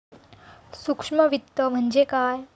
सूक्ष्म वित्त म्हणजे काय?